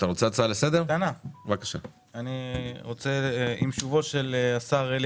אתה רוצה הצעה לסדר?